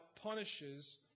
punishes